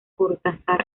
cortázar